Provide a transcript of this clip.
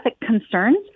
concerns